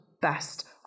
best